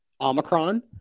Omicron